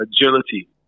agility